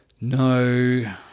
no